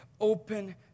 open